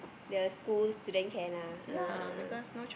the school student care lah ah